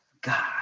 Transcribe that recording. God